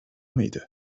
mıydı